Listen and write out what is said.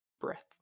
breath